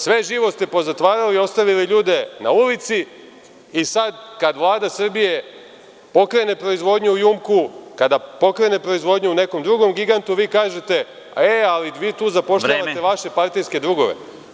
Sve živo ste pozatvarali i ostavili ljude na ulici i sada kada Vlada Srbije pokrene proizvodnju u „JUMKO“, kada pokrene proizvodnju u nekom drugom gigantu, vi kažete – ali, vi tu zapošljavate vaše partijske drugove.